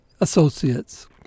associates